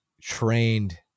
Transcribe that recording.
trained